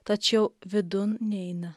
tačiau vidun neina